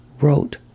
wrote